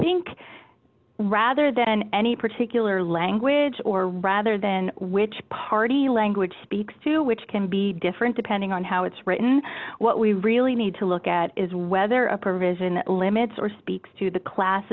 think rather than any particular language or rather than which party language speaks to which can be different depending on how it's written what we really need to look at is whether a provision limits or speaks to the class